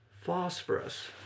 phosphorus